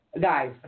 Guys